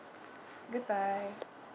goodbye